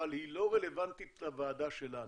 אבל היא לא רלוונטית לוועדה שלנו.